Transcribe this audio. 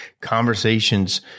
Conversations